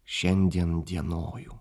šiandien dienoju